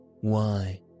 Why